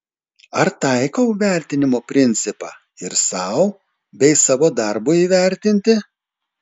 ar taikau vertinimo principą ir sau bei savo darbui įvertinti